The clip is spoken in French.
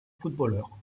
footballeur